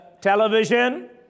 television